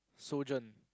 sojourn